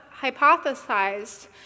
hypothesized